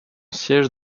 siège